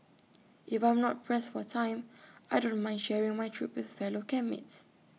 if I'm not pressed for time I don't mind sharing my trip with fellow camp mates